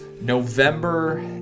November